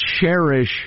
cherish